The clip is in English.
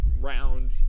round